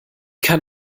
kann